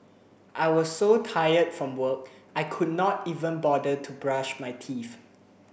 I was so tired from work I could not even bother to brush my teeth